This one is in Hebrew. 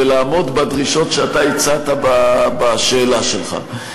ולעמוד בדרישות שאתה הצעת בשאלה שלך?